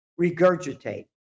regurgitate